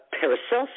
Paracelsus